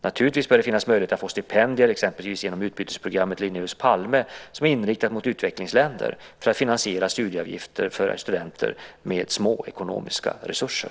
Naturligtvis bör det finnas möjligheter att få stipendier, exempelvis genom utbytesprogrammet Linnaeus-Palme som är inriktat mot utvecklingsländer för att finansiera studieavgifter för studenter med små ekonomiska resurser.